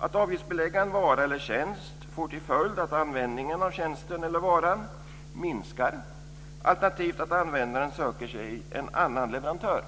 Att avgiftsbelägga en vara eller tjänst får till följd att användningen av tjänsten eller varan minskar alternativt att användaren söker sig en annan leverantör.